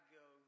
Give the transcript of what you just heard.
go